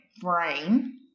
brain